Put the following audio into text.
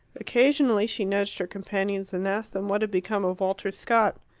occasionally she nudged her companions, and asked them what had become of walter scott.